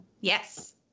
Yes